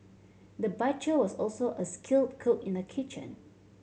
the butcher was also a skilled cook in the kitchen